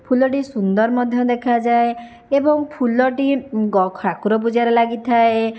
ଫୁଲଟି ସୁନ୍ଦର ମଧ୍ୟ ଦେଖାଯାଏ ଏବଂ ଫୁଲଟି ଠାକୁର ପୂଜାରେ ଲାଗିଥାଏ